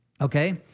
okay